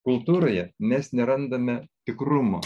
kultūroje mes nerandame tikrumo